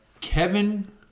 Kevin